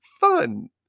fun